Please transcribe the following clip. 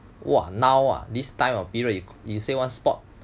!wah! now ah this time of period you say want sport